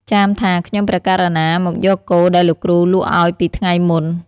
ចាមថា "ខ្ញុំព្រះករុណាមកយកគោដែលលោកគ្រូលក់ឲ្យពីថ្ងៃមុន"។